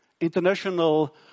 International